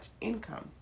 income